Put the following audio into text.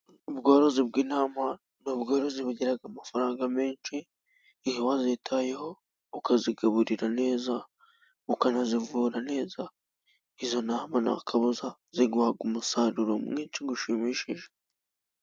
Ubworozi bw'intama ni ubworozi bugira amafaranga menshi iyo wazitayeho ukazigaburira neza ,ukanazivura neza, izo ntama ntakabuza ziguha umusaruro mwinshi ushimishije.